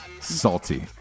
Salty